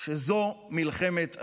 מלחמת היהודים.